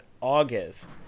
August